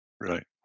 right